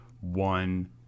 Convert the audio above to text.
one